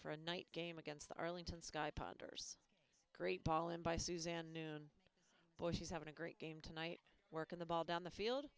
for a night game against the arlington sky ponder's great ball in by suzanne noon bushies having a great game tonight work on the ball down the field